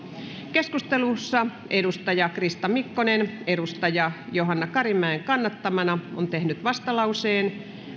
keskustelussa on krista mikkonen johanna karimäen kannattamana tehnyt vastalauseen